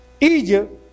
Egypt